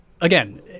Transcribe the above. again